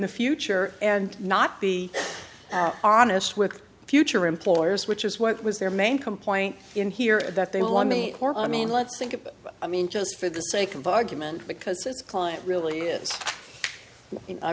the future and not be honest with future employers which is what was their main complaint in here that they love me or i mean let's think about i mean just for the sake of argument because it's a client really is i